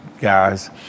guys